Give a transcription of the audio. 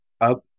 up